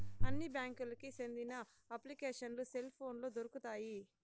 అన్ని బ్యాంకులకి సెందిన అప్లికేషన్లు సెల్ పోనులో దొరుకుతాయి